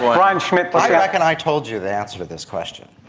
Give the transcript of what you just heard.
brian schmidt but i reckon i told you the answer to this question.